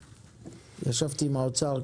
ישבתי עם האוצר,